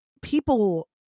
people